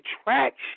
attraction